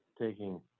taking